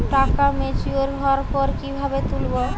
টাকা ম্যাচিওর্ড হওয়ার পর কিভাবে তুলব?